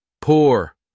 Poor